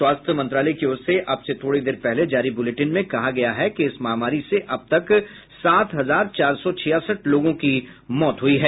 स्वास्थ्य मंत्रालय की ओर से अब से थोडी देर पहले जारी बुलेटिन में कहा गया है कि इस महामारी से अबतक सात हजार चार सौ छियासठ लोगों की मौत हुई है